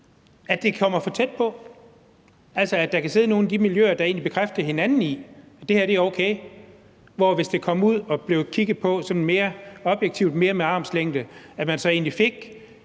en måske mere grundig vurdering. Der kan sidde nogle i de miljøer, der egentlig bekræfter hinanden i, at det her er okay, mens hvis det kom ud og blev kigget på sådan mere objektivt og med mere armslængde, fik man en mere objektiv